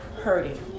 hurting